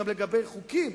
גם לגבי חוקים,